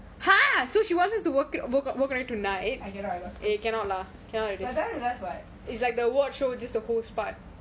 I cannot I got school but what is that